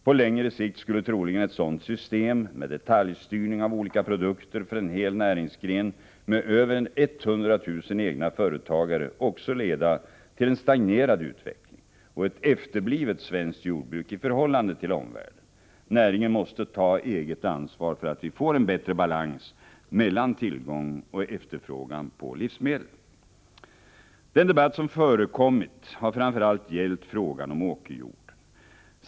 På längre sikt skulle troligen ett sådant system med detaljstyrning av olika produkter för en hel näringsgren med över 100 000 egna företagare också leda till en stagnerad utveckling och ett efterblivet svenskt jordbruk i förhållande till omvärlden. Näringen måste ta eget ansvar för att vi får en bättre balans mellan tillgång och efterfrågan på livsmedel. Den debatt som förekommit har framför allt gällt frågan om åkerjorden.